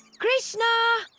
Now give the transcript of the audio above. krishna!